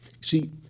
See